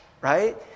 right